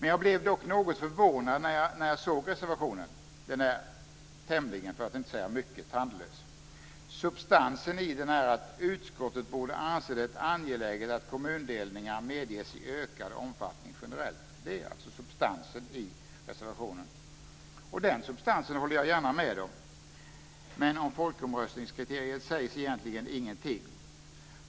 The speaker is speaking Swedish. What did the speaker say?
Jag blev dock något förvånad då jag såg reservationen. Den är tämligen för att inte säga mycket tandlös. Substansen i den är att utskottet borde anse det angeläget att kommundelningar medges i ökad omfattning generellt. Det är alltså substansen i reservationen. Den substansen håller jag gärna med om. Men om folkomröstningskriteriet sägs egentligen ingenting.